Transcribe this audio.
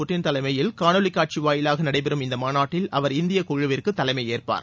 Putin தலைமையில் காணொளி காட்சி வாயிலாக நடைபெறும் இந்த மாநாட்டில் அவர் இந்திய குழுவிற்கு தலைமையேற்பார்